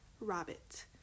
rabbit